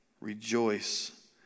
Rejoice